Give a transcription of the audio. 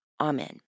Amen